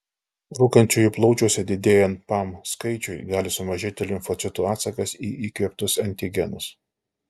rūkančiųjų plaučiuose didėjant pam skaičiui gali sumažėti limfocitų atsakas į įkvėptus antigenus